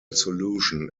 solution